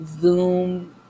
Zoom